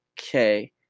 Okay